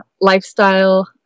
lifestyle